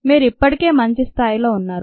మీరు ఇప్పటికే మంచి స్థాయిలో ఉన్నారు